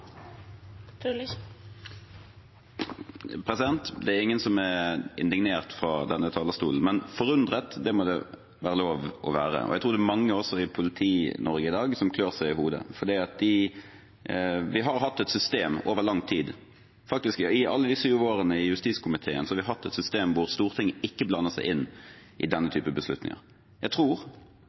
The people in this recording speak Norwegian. ingen som er indignert fra denne talerstolen, men forundret må det være lov å være. Jeg tror det også er mange i Politi-Norge i dag som klør seg i hodet, for vi har hatt et system over lang tid. I syv år i justiskomiteen har vi hatt et system hvor Stortinget ikke blander seg inn i denne typen beslutninger. Jeg tror